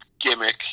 gimmick